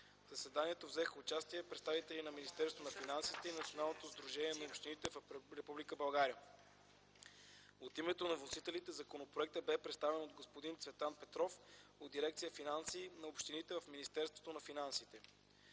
В заседанието взеха участие представители на Министерството на финансите и Националното сдружение на общините в Република България. От името на вносителите законопроектът бе представен от господин Цветан Петров от дирекция „Финанси на общините” в Министерството на финансите.